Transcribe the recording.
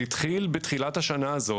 זה התחיל בתחילת השנה הזאת,